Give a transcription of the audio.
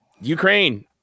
Ukraine